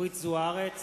אורית זוארץ,